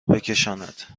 بکشاند